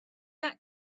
that